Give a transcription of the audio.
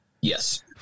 Yes